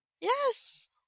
Yes